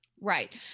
Right